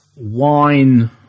Wine